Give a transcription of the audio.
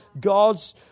God's